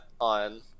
on